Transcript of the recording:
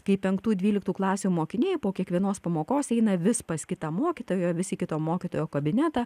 kai penktų dvyliktų klasių mokiniai po kiekvienos pamokos eina vis pas kitą mokytojo vis į kito mokytojo kabinetą